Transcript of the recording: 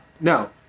no